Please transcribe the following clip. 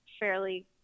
fairly